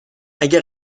اگه